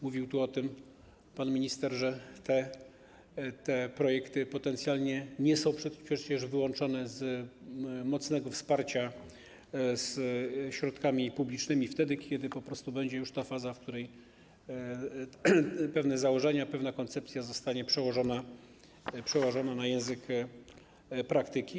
Mówił o tym pan minister, te projekty potencjalnie nie są przecież wyłączone z mocnego wsparcia środkami publicznymi, wtedy kiedy po prostu nastąpi już ta faza, w której pewne założenia i pewne koncepcje zostaną przełożone na język praktyki.